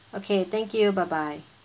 okay thank you bye bye